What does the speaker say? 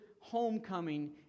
homecoming